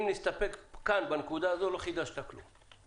אם נסתפק כאן בנקודה הזו, לא חידשת כלום.